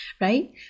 right